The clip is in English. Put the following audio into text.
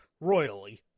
Royally